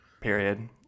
Period